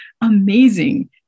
amazing